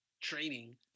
training